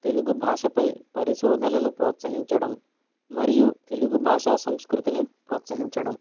తెలుగు భాషపై పరిశోధనను ప్రోత్సహించడం మరియు తెలుగు భాషా సంస్కృతిని ప్రోత్సహించడం